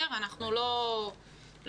אנחנו לא נגד.